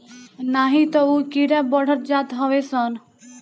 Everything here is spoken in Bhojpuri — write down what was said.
नाही तअ उ कीड़ा बढ़त जात हवे सन